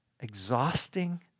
Exhausting